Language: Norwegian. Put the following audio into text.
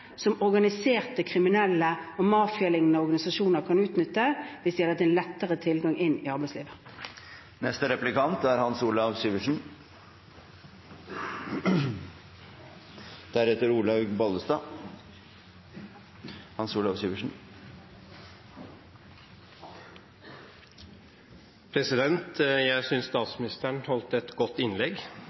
som organiserte kriminelle og mafialignende organisasjoner kan utnytte hvis de hadde hatt en lettere tilgang inn i arbeidslivet.